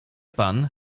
pan